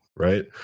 right